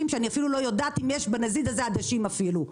שאני אפילו לא יודעת אם יש בנזיד הזה עדשים אפילו,